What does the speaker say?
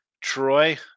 Troy